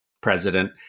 president